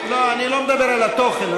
אני לא מדבר על התוכן.